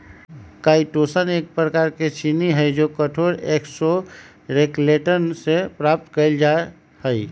chitosan एक प्रकार के चीनी हई जो कठोर एक्सोस्केलेटन से प्राप्त कइल जा हई